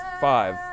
Five